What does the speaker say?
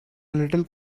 little